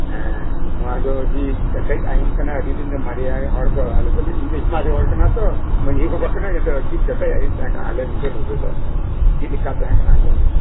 ᱦᱮᱸᱻ ᱱᱚᱶᱟ ᱫᱚ ᱟᱹᱰᱤ ᱠᱮᱴᱮᱡᱽ ᱟᱹᱭᱤᱱ ᱠᱟᱱᱟ ᱟᱹᱰᱤ ᱫᱤᱱ ᱢᱟᱨᱮ ᱦᱚᱲ ᱫᱚ ᱟᱞᱮ ᱫᱚᱞᱮ ᱤᱧ ᱫᱩᱧ ᱢᱟᱨᱮ ᱦᱚᱲ ᱠᱟᱱᱟ ᱛᱚ ᱢᱟᱺᱡᱷᱤ ᱵᱟᱵᱟ ᱠᱟᱹᱱᱟᱹᱧ ᱟᱫᱚ ᱟᱹᱰᱤ ᱠᱮᱴᱮᱡᱽ ᱟᱹᱭᱤᱱ ᱛᱟᱦᱮᱸ ᱠᱟᱱᱟ ᱟᱞᱮ ᱵᱤᱫᱟᱹᱞ ᱨᱮᱫᱚ ᱪᱮᱫ ᱞᱮᱠᱟ ᱛᱟᱦᱮᱸ ᱠᱟᱱᱟ ᱟᱸᱡᱚᱢ ᱢᱮ